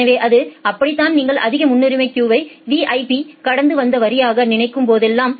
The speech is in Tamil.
எனவேஅது அப்படித்தான் நீங்கள் அதிக முன்னுரிமை கியூவை விஐபி கடந்து வந்த வரியாக நினைக்கும் போதெல்லாம்